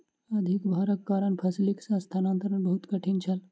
अधिक भारक कारण फसिलक स्थानांतरण बहुत कठिन छल